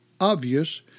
obvious